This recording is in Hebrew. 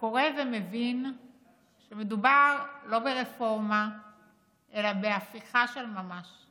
קורא ומבין שמדובר לא ברפורמה אלא בהפיכה של ממש.